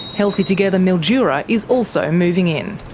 healthy together mildura is also moving in.